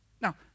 Now